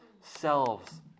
selves